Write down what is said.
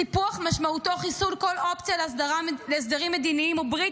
סיפוח משמעותו חיסול כל אופציה להסדרים מדיניים או ברית